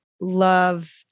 love